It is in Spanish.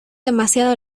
demasiado